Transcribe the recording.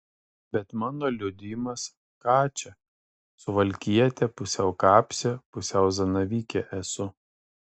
bet mano liudijimas ką čia suvalkietė pusiau kapsė pusiau zanavykė esu